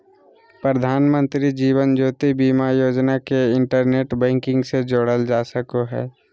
प्रधानमंत्री जीवन ज्योति बीमा योजना के internet banking से जोड़ल जा सको हय